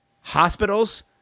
hospitals